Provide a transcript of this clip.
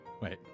Wait